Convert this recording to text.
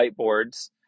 whiteboards